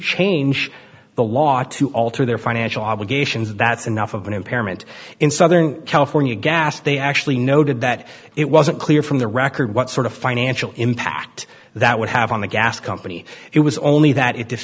change the law to alter their financial obligations that's enough of an impairment in southern california gas they actually noted that it wasn't clear from the record what sort of financial impact that would have on the gas company it was only that it